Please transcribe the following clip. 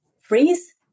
freeze